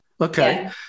okay